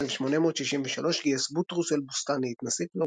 בשנת 1863 גייס בוטרוס אל-בוסתאני את נאסיף